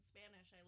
Spanish